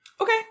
Okay